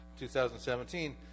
2017